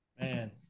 Man